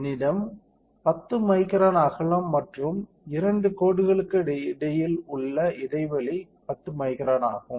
என்னிடம் 10 மைக்ரான் அகலம் மற்றும் இரண்டு கோடுகளுக்கு இடையில் உள்ள இடைவெளி 10 மைக்ரான் ஆகும்